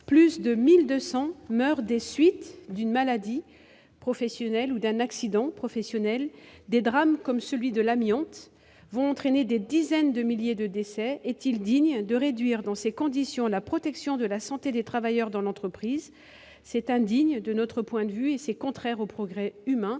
plus de 1 200 meurent des suites d'une maladie ou d'accident professionnels. Des drames comme celui de l'amiante vont entraîner des dizaines de milliers de décès. Est-il digne de réduire dans ces conditions la protection de la santé des travailleurs au sein de l'entreprise ? Selon nous, c'est indigne et contraire au progrès humain.